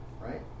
Right